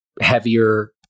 heavier